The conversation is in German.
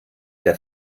der